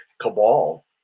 cabal